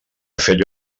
fer